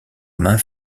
main